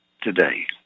today